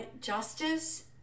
justice